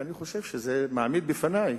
ואני חושב שזה מעמיד בפני,